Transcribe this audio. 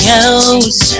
else